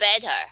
better